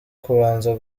kubanza